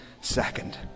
second